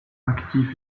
actif